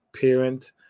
parent